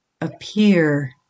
appear